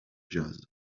jazz